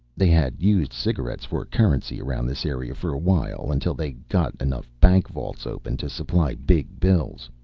they had used cigarettes for currency around this area for a while, until they got enough bank vaults open to supply big bills.